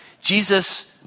Jesus